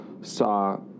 saw